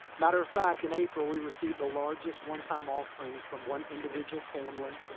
matter of fact, in april we received the largest one time offering from one individual family